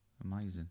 Amazing